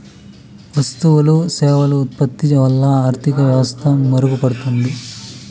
వస్తువులు సేవలు ఉత్పత్తి వల్ల ఆర్థిక వ్యవస్థ మెరుగుపడుతుంది